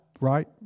Right